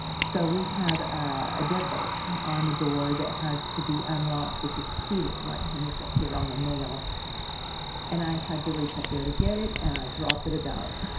so, we have a deadbolt on the door that has to be unlocked with this key that like hangs up here on a nail and i had to reach up there to get it and i drop it about.